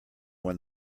when